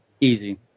Easy